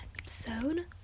episode